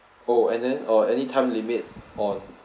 oh and then err any time limit on